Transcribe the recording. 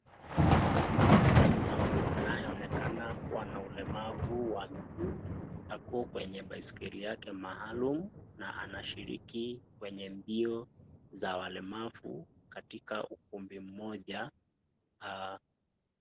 Mama anayo onekana kuwa na ulemavu wa miguu, ako kwenye baiskeli yake maalum na anashiriki kwenye mbio za walemavu katikati ukumbi mmoja .